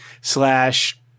slash –